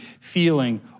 feeling